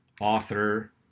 author